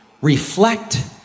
reflect